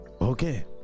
Okay